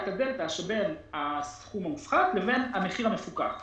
את הדלתה שבין הסכום המופחת לבין המחיר המפוקח,